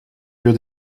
für